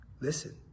Listen